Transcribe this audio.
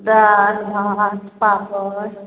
दालि भात पापड़